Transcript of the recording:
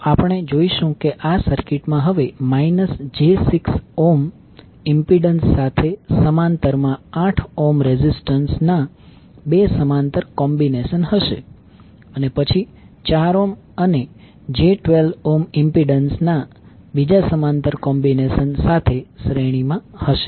આપણે જાણીશું કે આ સર્કિટમાં હવે j6 ઇમ્પિડન્સ સાથે સમાંતર મા 8 ohm રેઝિસ્ટન્સ નાં બે સમાંતર કોમ્બીનેશન હશે અને પછી 4 અને j12 ઇમ્પિડન્સ નાબીજા સમાંતર કોમ્બીનેશન સાથે શ્રેણીમાં હશે